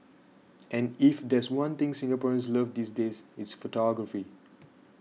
and if there's one thing Singaporeans love these days it's photography